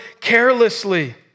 carelessly